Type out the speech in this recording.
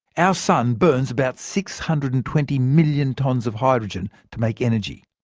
our sun burns about six hundred and twenty million tonnes of hydrogen to make energy.